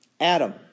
Adam